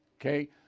okay